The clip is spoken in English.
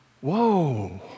Whoa